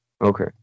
Okay